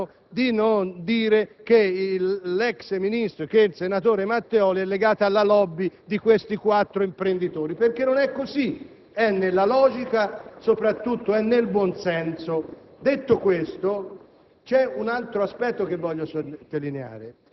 Pregherei il senatore Sodano di non dire che l'ex ministro e senatore Matteoli è legato alla *lobby* di quei quattro imprenditori, perché non è così. La mia posizione è nella logica e soprattutto nel buonsenso. Detto questo,